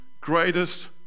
greatest